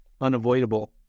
unavoidable